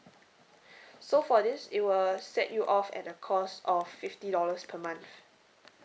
so for this it will set you off at a cost of fifty dollars per month